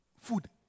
food